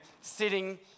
sitting